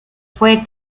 fue